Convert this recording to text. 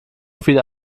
viele